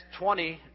20